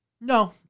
No